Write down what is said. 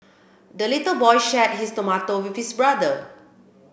the little boy shared his tomato with his brother